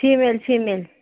female female